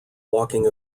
walking